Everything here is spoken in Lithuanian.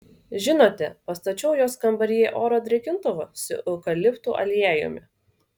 žinote pastačiau jos kambaryje oro drėkintuvą su eukaliptų aliejumi